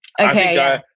Okay